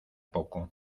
poco